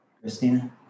Christina